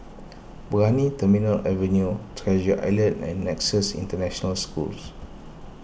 Brani Terminal Avenue Treasure Island and Nexus International Schools